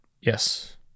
Yes